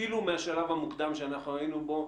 אפילו מהשלב המוקדם שהיינו בו,